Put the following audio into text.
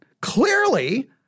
clearly